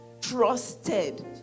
trusted